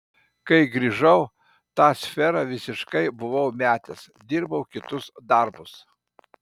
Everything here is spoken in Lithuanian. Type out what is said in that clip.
kai grįžau tą sferą visiškai buvau metęs dirbau kitus darbus